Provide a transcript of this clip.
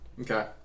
Okay